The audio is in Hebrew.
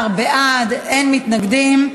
11 בעד, אין מתנגדים.